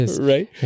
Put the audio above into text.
Right